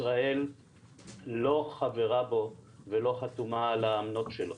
ישראל לא חברה בו ולא חתומה על האמנות שלו.